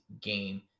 game